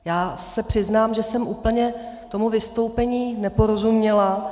Já se přiznám, že jsem úplně tomu vystoupení neporozuměla.